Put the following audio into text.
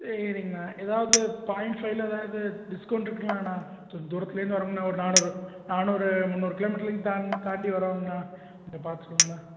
சரிங்ண்ணா ஏதாவது பாய்ண்ட் ஃபைவ்ல் ஏதாவது டிஸ்கௌண்ட் இருக்குங்ளாண்ணா கொஞ்சம் தூரத்துலேர்ந்து வரோங்ண்ணா ஒரு நானூறு நானூறு முந்நூறு கிலோமீட்ருலிங் தாண் தாண்டி வரோங்ண்ணா கொஞ்சம் பார்த்து சொல்லுங்ண்ணா